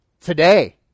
Today